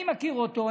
אני מכיר אותו.